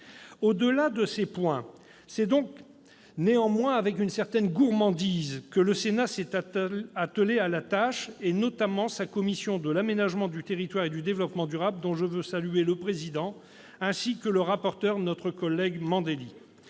Au-delà de ces points, c'est avec une certaine gourmandise que le Sénat s'est attelé à la tâche, notamment sa commission de l'aménagement du territoire et du développement durable, dont je veux saluer le président, ainsi que le rapporteur, notre collègue Didier